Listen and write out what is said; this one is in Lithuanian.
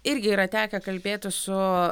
irgi yra tekę kalbėtis su